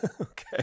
Okay